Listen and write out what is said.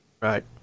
Right